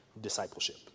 discipleship